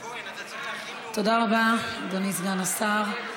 תודה רבה, אדוני סגן השר.